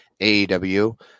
AEW